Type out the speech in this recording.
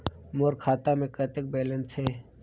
मोर खाता मे कतेक बैलेंस हे?